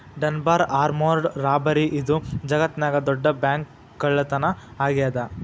Dunbar armoured robbery ಇದು ಜಗತ್ನ್ಯಾಗ ದೊಡ್ಡ ಬ್ಯಾಂಕ್ಕಳ್ಳತನಾ ಆಗೇದ